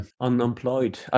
unemployed